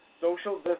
social